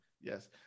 Yes